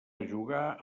jugar